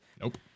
Nope